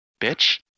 bitch